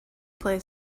play